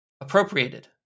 appropriated